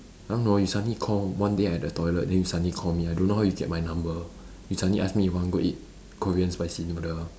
I don't know you suddenly call one day I at the toilet then you suddenly call me I don't know how you get my number you suddenly ask me want go eat korean spicy noodle